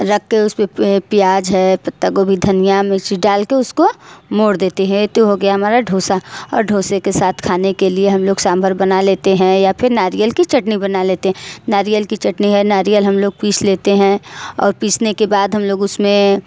रख कर उस पर प्याज है पत्तागोभी धनियाँ मिर्ची डाल कर उसको मोड़ देते हैं यह तो हो गया हमारा दोसा और दोसे के साथ खाने के लिए हम लोग साम्भर बना लेते हैं या फिर नारियल की चटनी बना लेते हैं नारियल की चटनी है नारियल हम लोग पीस लेते हैं और पीसने के बाद हम लोग उसमें